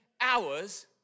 hours